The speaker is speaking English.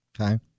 Okay